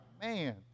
Man